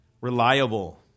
reliable